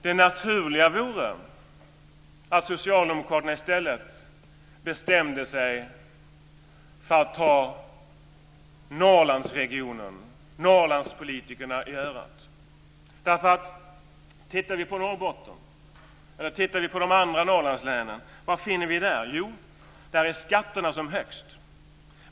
Det naturliga vore att socialdemokraterna i stället bestämde sig för att ta Norrlandsregionen och Vad finner vi om vi tittar på Norrbotten och de andra Norrlandslänen? Jo, där är skatterna som högst.